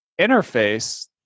interface